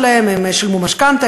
הם שילמו משכנתה,